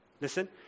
Listen